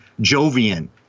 Jovian